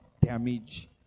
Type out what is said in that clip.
damage